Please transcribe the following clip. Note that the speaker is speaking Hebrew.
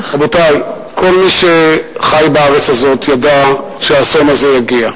רבותי, כל מי שחי בארץ הזאת ידע שהאסון הזה יגיע.